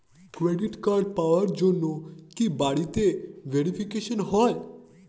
Credit card পাওয়ার জন্য কি বাড়িতে ভেরিফিকেশন হয়?